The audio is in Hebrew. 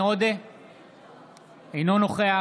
אינו נוכח